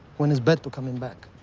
when is beto coming back?